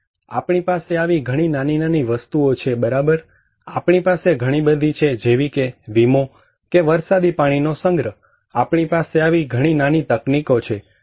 તેથી આપણી પાસે આવી ઘણી નાની નાની વસ્તુઓ છે બરાબર આપણી પાસે ઘણી બધી છે જેવી કે વિમો કે વરસાદી પાણીનો સંગ્રહ આપણી પાસે આવી ઘણી નાની તકનીકો છે